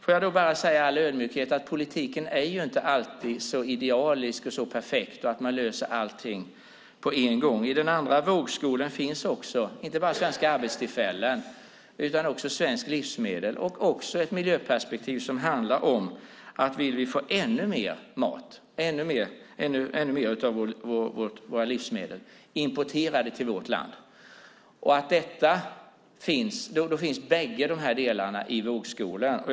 Får jag bara säga i all ödmjukhet att politik inte alltid är så idealisk och perfekt att man löser allting på en gång. I den andra vågskålen finns inte bara svenska arbetstillfällen och svenska livsmedel. Det finns också ett miljöperspektiv som gäller om vi vill få ännu mer mat och ännu mer av våra livsmedel importerade till vårt land. Bägge dessa delar finns i vågskålarna.